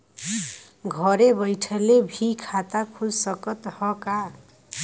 घरे बइठले भी खाता खुल सकत ह का?